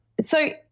So-